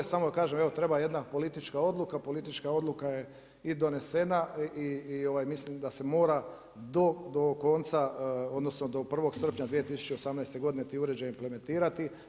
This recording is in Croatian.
Samo da kažem, evo treba jedna politička odluka, politička odluka je i donesena i mislim da se mora do konca, odnosno do 1.7.2018. godine ti uređaji implementirati.